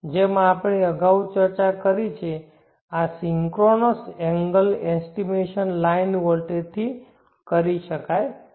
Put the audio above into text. જેમ આપણે અગાઉ ચર્ચા કરી છે અને આ સિન્ક્રોનસ એંગલ એસ્ટિમેશન લાઇન વોલ્ટેજથી કરી શકાય છે